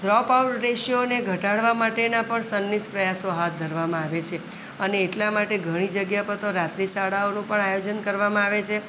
જવાબ drop out રેશિઓને ઘટાડવા માટેના પણ સંનિષ્ઠ પ્રયાસો હાથ ધરવામાં આવે છે અને એટલા માટે ઘણી જગ્યા પર તો રાત્રિશાળાઓનું પણ આયોજન કરવામાં આવે છે